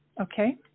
okay